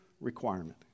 requirement